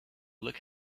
look